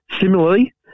similarly